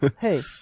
hey